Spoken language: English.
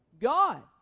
god